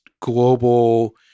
global